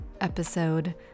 episode